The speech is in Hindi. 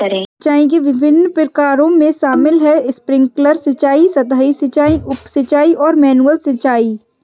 सिंचाई के विभिन्न प्रकारों में शामिल है स्प्रिंकलर सिंचाई, सतही सिंचाई, उप सिंचाई और मैनुअल सिंचाई